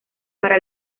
para